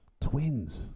Twins